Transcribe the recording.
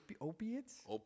Opiates